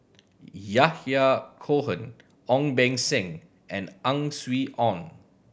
Yahya Cohen Ong Beng Seng and Ang Swee Aun